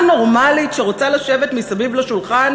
השחור.